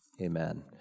Amen